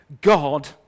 God